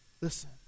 Listen